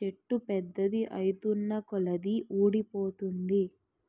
చెట్టు పెద్దది ఐతున్నకొలది వూడిపోతుంది